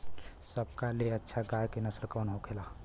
सबका ले अच्छा गाय के नस्ल कवन होखेला?